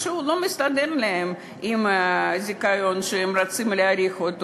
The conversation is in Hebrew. משהו לא מסתדר להם עם הזיכיון שהם רוצים להאריך.